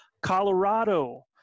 colorado